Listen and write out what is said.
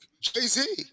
Jay-Z